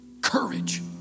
courage